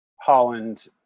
Holland